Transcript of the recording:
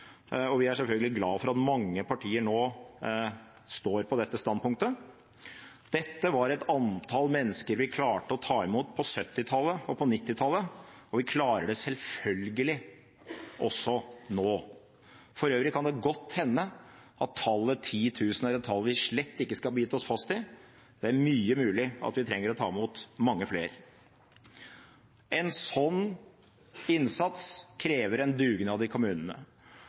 og vi er selvfølgelig glad for at mange partier nå står på dette standpunktet. Dette var et antall mennesker vi klarte å ta imot på 1970- og 1990-tallet, og vi klarer det selvfølgelig også nå. For øvrig kan det godt hende at tallet 10 000 er et tall vi slett ikke skal bite oss fast i. Det er mye mulig vi trenger å ta imot mange flere. En slik innsats krever en dugnad i kommunene.